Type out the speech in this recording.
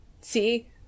See